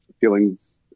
feelings